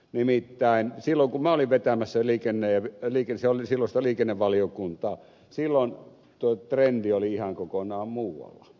nimittäin silloin kun minä olin vetämässä silloista liikennevaliokuntaa tuo trendi oli ihan kokonaan muualla